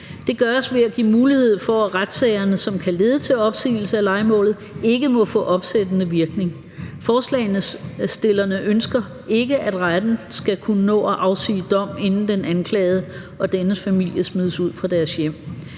Det gøres ved at give mulighed for, at retssagerne, som kan lede til opsigelse af lejemålet, ikke må få opsættende virkning. Forslagsstillerne ønsker ikke, at retten skal kunne nå at afsige dom, inden den anklagede og dennes familie smides ud af deres hjem.